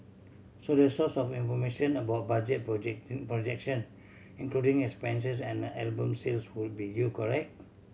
so the source of information about budget project projection including expenses and album sales would be you correct